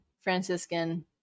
Franciscan